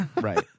Right